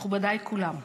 מכובדיי כולם,